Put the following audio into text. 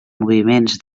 moviments